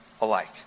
alike